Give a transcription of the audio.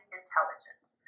intelligence